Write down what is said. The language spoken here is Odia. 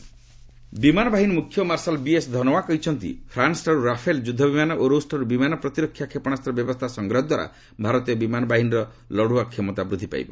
ଆଇଏଏଫ ଚିଫ୍ ସେମିନାର୍ ବିମାନ ବାହିନୀ ମୁଖ୍ୟ ମାର୍ଶାଲ୍ ବିଏସ୍ ଧନୋଆ କହିଛନ୍ତି ପ୍ରାନ୍ସଠାରୁ ରାଫେଲ୍ ଯୁଦ୍ଧବିମାନ ଓ ଋଷଠାରୁ ବିମାନ ପ୍ରତିରକ୍ଷା କ୍ଷେପଣାସ୍ତ ବ୍ୟବସ୍ଥା ସଂଗ୍ରହଦ୍ୱାରା ଭାରତୀୟ ବିମାନ ବାହିନୀର ଲଢୁଆ କ୍ଷମତା ବୃଦ୍ଧିପାଇବ